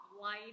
light